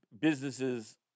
businesses